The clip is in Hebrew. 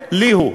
רֹאה לי הוא".